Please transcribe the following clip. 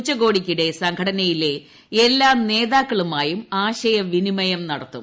ഉച്ചകോടിക്കിടെ സംഘടനയിലെ എല്ലാ നേതാക്കളുമായും ആശയവിനിമയം നടത്തും